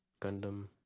gundam